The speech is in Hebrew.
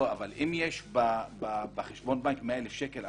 אבל אם יש בחשבון בנק 100,000 שקל,